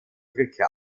brücke